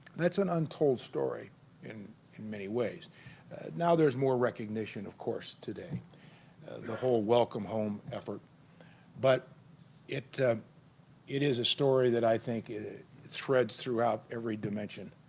that's an untold story in in many ways now there's more recognition of course today the whole welcome-home effort but it it is a story that i think threads throughout every dimension